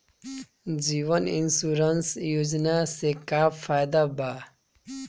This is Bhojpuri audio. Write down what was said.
जीवन इन्शुरन्स योजना से का फायदा बा?